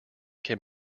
can